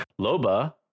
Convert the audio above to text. loba